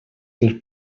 dels